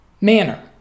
manner